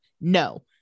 No